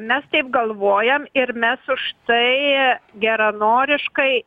mes taip galvojam ir mes už tai geranoriškai